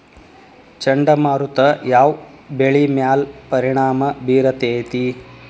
ಚಂಡಮಾರುತ ಯಾವ್ ಬೆಳಿ ಮ್ಯಾಲ್ ಪರಿಣಾಮ ಬಿರತೇತಿ?